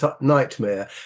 Nightmare